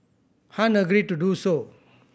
Han agreed to do so